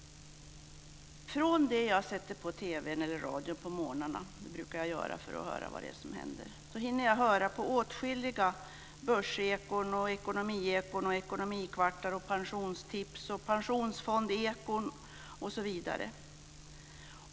När jag sätter på TV:n eller radion på morgnarna - det brukar jag göra för att höra vad som händer - hinner jag höra på åtskilliga börsekon, ekonomiekon, ekonomikvartar, pensionstips, pensionfondsekon osv.